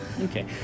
Okay